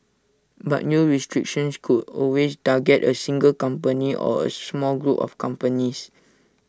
but new restrictions could always target A single company or A small group of companies